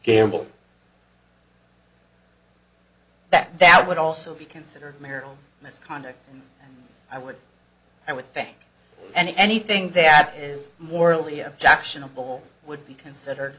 gamble that that would also be considered marital misconduct i would i would think and anything that is morally objectionable would be considered